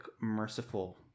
merciful